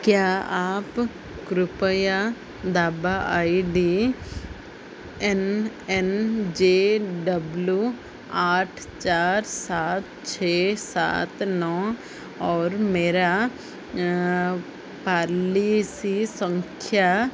क्या आप कृपया दावा I D N N J W आठ चार सात छः सात नौ और मेरी पालिसी संख्या